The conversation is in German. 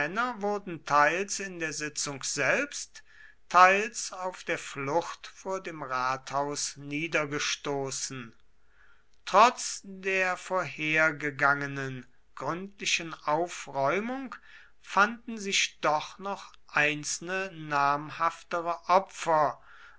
wurden teils in der sitzung selbst teils auf der flucht vor dem rathaus niedergestoßen trotz der vorhergegangenen gründlichen aufräumung fanden sich doch noch einzelne namhaftere opfer